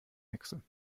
hexe